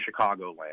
Chicagoland